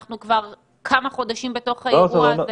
אנחנו כבר כמה חודשים בתוך האירוע הזה.